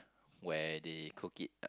where they cook it